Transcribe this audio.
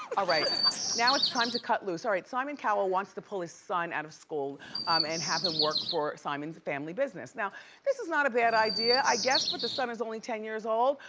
all right now its time to cut loose. all right, simon cowell wants to pull his son out of school um and have him work for simon's family business. now this is not a bad idea i guess, but the son is only ten years old.